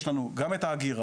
יש לנו גם את האגירה,